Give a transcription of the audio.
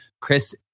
chris